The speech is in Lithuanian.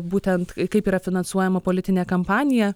būtent kaip yra finansuojama politinė kampanija